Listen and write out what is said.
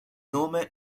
nome